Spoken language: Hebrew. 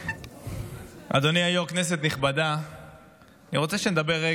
היום ישבנו בוועדת